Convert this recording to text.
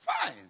Fine